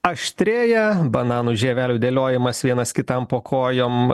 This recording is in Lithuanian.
aštrėja bananų žievelių dėliojimas vienas kitam po kojom